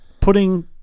putting